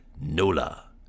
Nola